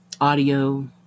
audio